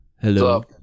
Hello